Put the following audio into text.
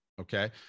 Okay